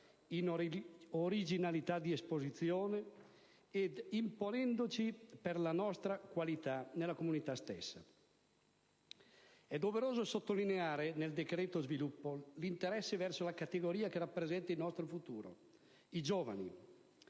in originalità di esposizione ed imponendosi per la nostra qualità nella comunità stessa. È doveroso sottolineare, nel decreto sviluppo, l'interesse verso la categoria che rappresenta il nostro futuro: i giovani.